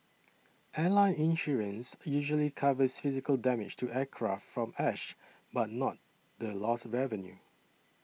airline insurance usually covers physical damage to aircraft from ash but not the lost revenue